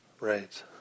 Right